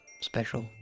special